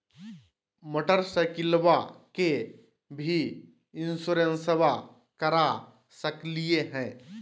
मोटरसाइकिलबा के भी इंसोरेंसबा करा सकलीय है?